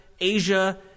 Asia